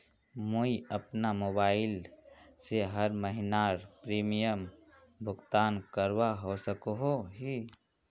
मुई अपना मोबाईल से हर महीनार प्रीमियम भुगतान करवा सकोहो ही?